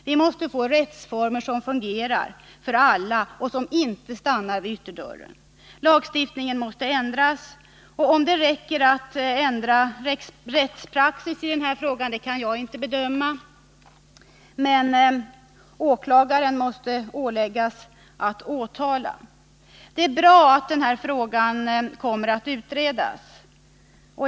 Vi måste få rättsformer som fungerar för alla och som inte stannar vid ytterdörren. Lagstiftningen måste ändras. Om det räcker med att ändra rättspraxis i denna fråga kan jag inte bedöma, men åklagaren måste åläggas att åtala. Det är bra att denna fråga kommer att utredas.